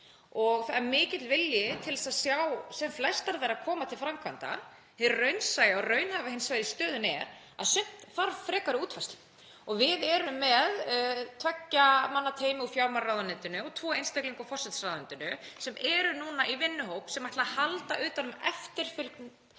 Það er mikill vilji til þess að sjá sem flestar þeirra koma til framkvæmda. Hið raunsæja og raunhæfa hins vegar í stöðunni er að sumt þarf frekari útfærslu. Við erum með tveggja manna teymi úr fjármálaráðuneytinu og tvo einstaklinga úr forsætisráðuneytinu sem eru núna í vinnuhópi sem ætlar að halda utan um eftirfylgni